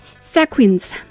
Sequins